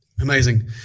Amazing